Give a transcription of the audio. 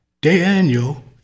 Daniel